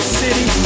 city